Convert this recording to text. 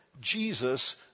Jesus